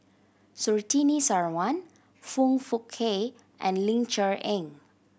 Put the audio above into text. Surtini Sarwan Foong Fook Kay and Ling Cher Eng